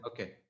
okay